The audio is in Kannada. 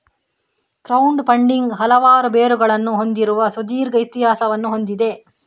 ಕ್ರೌಡ್ ಫಂಡಿಂಗ್ ಹಲವಾರು ಬೇರುಗಳನ್ನು ಹೊಂದಿರುವ ಸುದೀರ್ಘ ಇತಿಹಾಸವನ್ನು ಹೊಂದಿದೆ